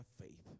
faith